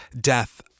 death